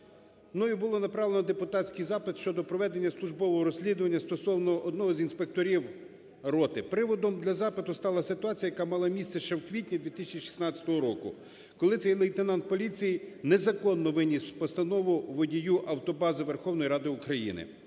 Мною було направлено депутатський запит щодо проведення службового розслідування стосовного одного з інспекторів роти. Приводом для запиту стала ситуація, яка мала місце ще у квітні 2016 року, коли цей лейтенант поліції незаконно виніс постанову водію автобази Верховної Ради України